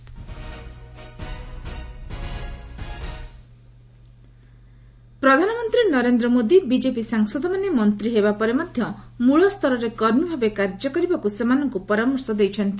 PM workshop ପ୍ରଧାନମନ୍ତ୍ରୀ Narendra Modi BJP ସାଂସଦମାନେ ମନ୍ତ୍ରୀ ହେବା ପରେ ମଧ୍ୟ ମଳ ସ୍ତରରେ କର୍ମୀ ଭାବେ କାର୍ଯ୍ୟ କରିବାକୁ ସେମାନଙ୍କୁ ପରାମର୍ଶ ଦେଇଛନ୍ତି